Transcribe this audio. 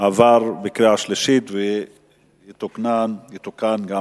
עבר בקריאה שלישית ויתוקן גם